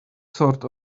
sort